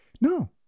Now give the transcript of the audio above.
No